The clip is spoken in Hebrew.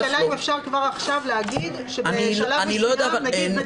השאלה אם אפשר כבר עכשיו לומר שבשלב מסוים --- אני לא יודע ממתי.